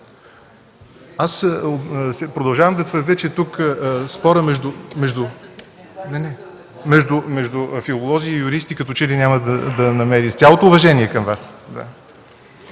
Аз продължавам да твърдя, че тук спорът между филолози и юристи, като че ли няма да намери… С цялото ми уважение към Вас.